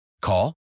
Call